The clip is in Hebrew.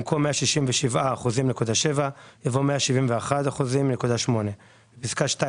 במקום "167.7%" יבוא "171.8%"; בפסקה (2),